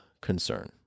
concern